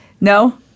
No